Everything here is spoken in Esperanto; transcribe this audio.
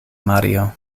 mario